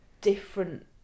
different